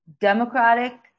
democratic